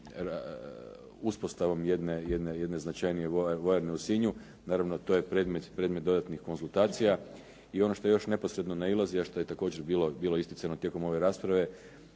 uspostavom jedne značajnije vojarne u Sinju. Naravno, to je predmet dodatnih konzultacija. I ono što još neposredno nailazi, a što je također bilo isticano tijekom ove rasprave.